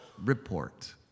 report